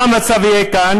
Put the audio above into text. מה יהיה המצב כאן